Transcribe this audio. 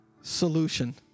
solution